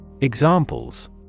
Examples